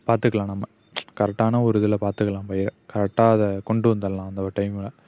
பார்த்துக்கலாம் நம்ம கரெக்டான ஒரு இதில் பார்த்துக்கலாம் பயிரை கரெக்டாக அதை கொண்டு வந்துடலாம் அந்த ஒரு டைமில்